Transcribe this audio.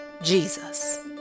Jesus